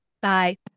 Bye